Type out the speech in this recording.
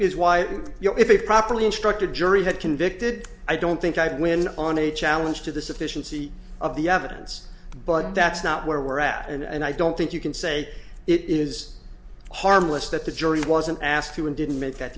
is why you know if a properly instructed jury had convicted i don't think i could win on a challenge to the sufficiency of the evidence but that's not where we're at and i don't think you can say it is harmless that the jury wasn't asked to and didn't make that